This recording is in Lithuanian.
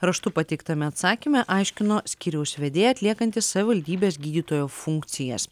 raštu pateiktame atsakyme aiškino skyriaus vedėja atliekanti savivaldybės gydytojo funkcijas